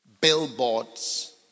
billboards